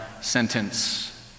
sentence